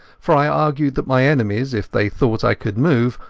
for i argued that my enemies, if they thought i could move,